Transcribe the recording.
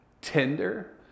tender